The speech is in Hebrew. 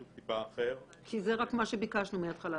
בשוק ולהראות ללקוחות שאנחנו עומדים מאחורי המוצרים שלנו.